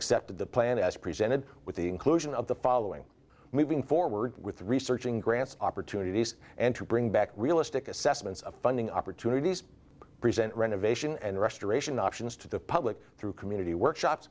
accepted the plan as presented with the inclusion of the following moving forward with researching grants opportunities and to bring back realistic assessments of funding opportunities present renovation and restoration options to the public through community workshops